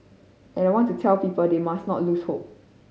and I want to tell people they must not lose hope